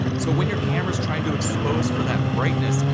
so when your camera's trying to expose for that brightness,